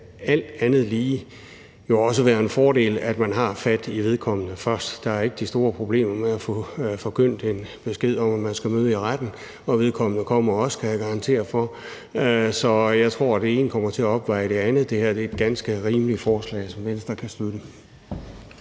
alt andet lige også være en fordel, at man har fat i vedkommende først. Der er ikke de store problemer med at få forkyndt en besked om, at man skal møde i retten, og vedkommende kommer også, kan jeg garantere for. Så jeg tror, at det ene kommer til at opveje det andet, og det her er et ganske rimeligt forslag, som Venstre kan støtte.